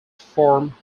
form